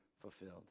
fulfilled